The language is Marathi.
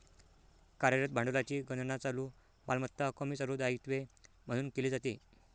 कार्यरत भांडवलाची गणना चालू मालमत्ता कमी चालू दायित्वे म्हणून केली जाते